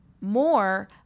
more